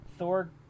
thor